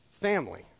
family